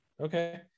Okay